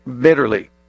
bitterly